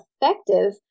effective